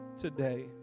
today